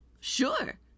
Sure